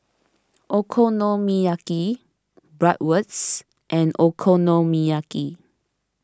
Okonomiyaki Bratwurst and Okonomiyaki